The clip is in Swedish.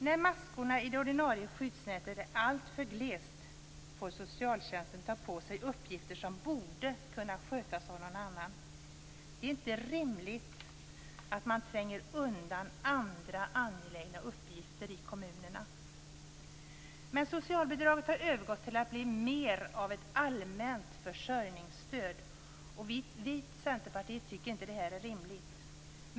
När maskorna i det ordinarie skyddsnätet är alltför glesa får socialtjänsten ta på sig uppgifter som borde kunna skötas av någon annan. Det är inte rimligt att man tränger undan andra angelägna uppgifter i kommunerna. Men socialbidraget har övergått till att bli mer av ett allmänt försörjningsstöd. Vi i Centerpartiet tycker inte att det här är rimligt.